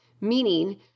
Meaning